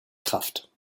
kraft